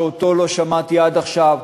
שאותו לא שמעתי עד עכשיו,